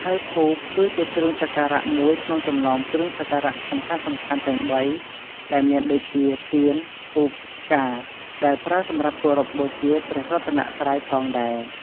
ហើយធូប គឺជាគ្រឿងសក្ការៈមួយក្នុងចំណោមគ្រឿងសក្ការៈសំខាន់ៗទាំងបីដែលមានដូចជាទៀន ធូប ផ្កា ដែលប្រើសម្រាប់គោរពបូជាព្រះរតនត្រ័យផងដែរ។